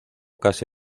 casi